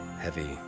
Heavy